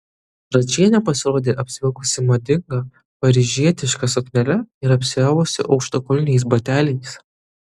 radžienė pasirodė apsivilkusi madinga paryžietiška suknele ir apsiavusi aukštakulniais bateliais